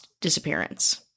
disappearance